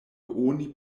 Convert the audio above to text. oni